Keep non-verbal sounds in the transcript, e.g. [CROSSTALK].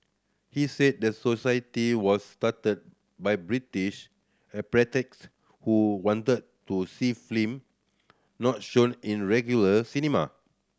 he said the society was started by British [UNINTELLIGIBLE] who wanted to see [UNINTELLIGIBLE] not shown in regular cinema